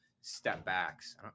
step-backs